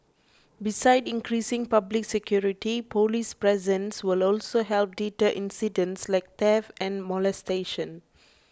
besides increasing public security police presence will also help deter incidents like theft and molestation